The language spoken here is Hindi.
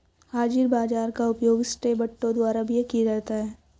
हाजिर बाजार का उपयोग सट्टेबाजों द्वारा भी किया जाता है